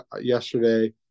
yesterday